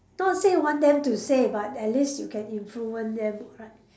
not say want them to say but at least you can influence them [what]